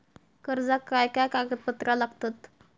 कर्जाक काय काय कागदपत्रा लागतत?